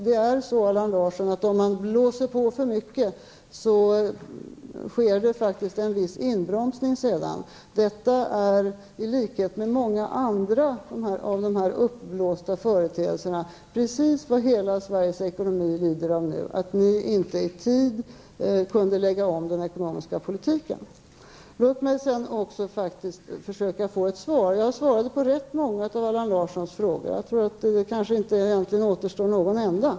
Det är faktiskt så, Allan Larsson, att om man blåser på för mycket så sker sedan en viss uppbromsning. I likhet med många andra av de här uppblåsta företeelserna är detta en följd av vad hela Sveriges ekonomi lider av nu -- att ni inte i tid kunde lägga om den ekonomiska politiken. Låt mig sedan också försöka få ett svar. Jag svarade på rätt många av Allan Larssons frågor, och det återstår kanske inte någon enda.